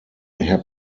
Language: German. herr